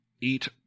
eat